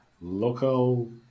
local